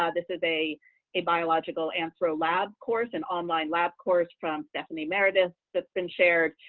ah this is a a biological anthro lab course, an online lab course from stephanie meredith that's been shared.